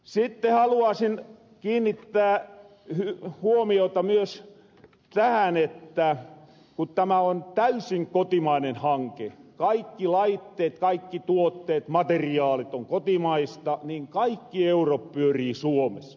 sitten haluaasin kiinnittää huomiota myös tähän että ku tämä on täysin kotimainen hanke kaikki laitteet kaikki tuotteet materiaalit on kotimaista niin kaikki eurot pyörii suomes